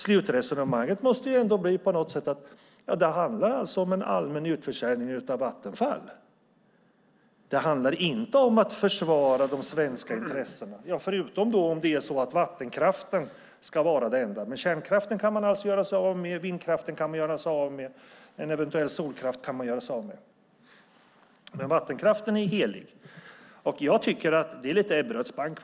Slutsatsen måste ändå bli att det handlar om en allmän utförsäljning av Vattenfall. Det handlar inte om att försvara de svenska intressena, utom möjligen vattenkraften. Kärnkraften, vindkraften och eventuell solkraft kan man alltså göra sig av med, men vattenkraften är helig. Detta är faktiskt lite Ebberöds bank.